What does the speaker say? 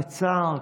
קצר,